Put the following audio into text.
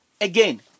again